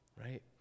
Right